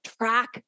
track